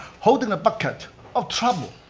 holding a bucket of trouble.